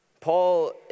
Paul